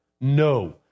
No